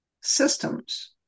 systems